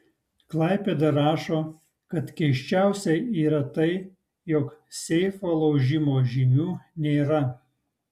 klaipėda rašo kad keisčiausia yra tai jog seifo laužimo žymių nėra